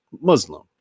Muslim